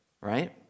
right